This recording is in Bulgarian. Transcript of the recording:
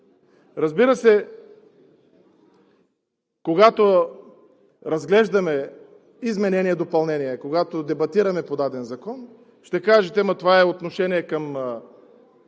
Разбира се, когато разглеждаме изменение и допълнение и дебатираме по даден закон, ще кажете: ама това е отношение към